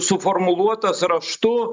suformuluotas raštu